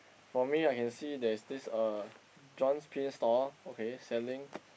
for me I can see there's this uh John pins store okay selling